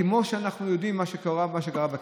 כמו שאנחנו יודעים על מה שקרה בכנסת,